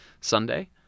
Sunday